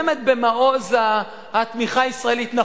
במעוז התמיכה הישראלית,